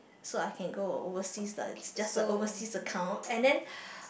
so I can go overseas lah just a overseas account and then